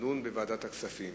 תידון בוועדת הכספים.